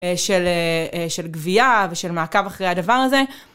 של גבייה ושל מעקב אחרי הדבר הזה.